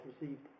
received